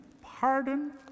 pardon